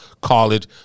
college